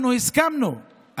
אנחנו הסכמנו,